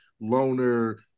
loner